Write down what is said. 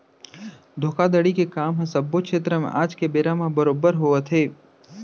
धोखाघड़ी के काम ह सब्बो छेत्र म आज के बेरा म बरोबर होवत हे